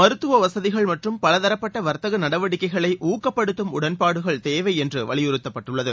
மருத்துவவசதிகள் மற்றும் பலதரப்பட்டவர்த்தகநடவடிக்கைகளைஊக்கப்படுத்தும் உடன்பாடுகள் தேவைஎன்றுவலியுறுத்தப்பட்டுள்ளது